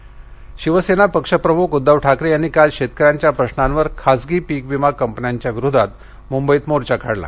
उद्धव ठाकरे शिवसेना पक्षप्रमुख उद्धव ठाकरे यांनी काल शेतकऱ्यांच्या प्रशांवर खासगी पीक विमा कंपन्यांविरोधात मुंबईत मोर्चा काढला